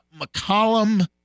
McCollum